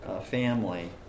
family